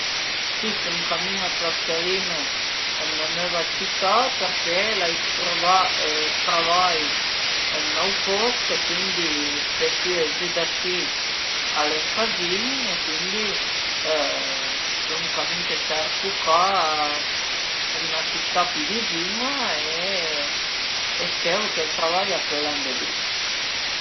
Si sun ën camin a trasferime ën 'na növa cità perché l'ai truvà travai ën ün aut post e cuindi fe sü e giü da si al e ün cazin e cuindi sun ën camin che sercu ca ën 'na cità pi vizin-a e speru ch'ël travai a pöl andé bin